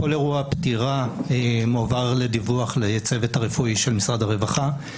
כל אירוע פטירה מועבר לדיווח לצוות הרפואי של משרד הרווחה.